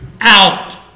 out